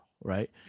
right